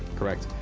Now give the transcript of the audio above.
correct.